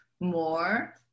more